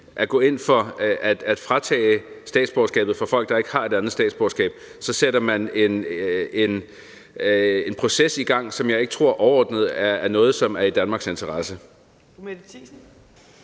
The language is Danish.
at gå ind for at fratage statsborgerskabet fra folk, der ikke har et andet statsborgerskab, sætter man en proces i gang, som jeg ikke tror overordnet er noget, som er i Danmarks interesse.